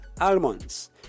almonds